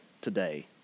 today